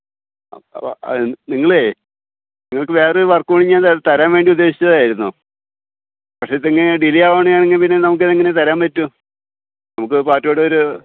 അപ്പം അ നിങ്ങളെ നിങ്ങൾക്ക് വേറെ വർക്കൂടി ഞാൻ ത തരാൻ വേണ്ടി ഉദ്ദേശിച്ചതായിരുന്നു പക്ഷേ ഇതെങ്ങനെ ഡിലെ ആവാണെങ്കിൽ പിന്നെ നമുക്കിതെങ്ങനെ തരാൻ പറ്റും നമുക്ക് പാർട്ടിയോടൊരു